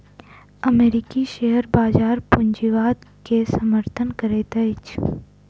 अमेरिकी शेयर बजार पूंजीवाद के समर्थन करैत अछि